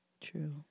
True